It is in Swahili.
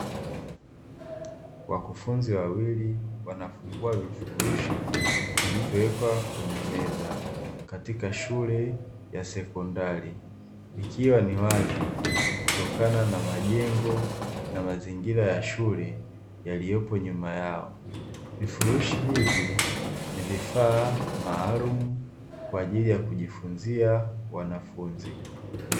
Wakufunzi wawili wanafungua vifurushi vilivyowekwa kwenye meza katika shule ya sekondari, ikiwa ni wazi kutokana na majengo na mazingira ya shule yaliyopo nyuma yao. Vifurushi hivi ni vifaa maalumu kwaajili ya kujifunzia wanafunzi.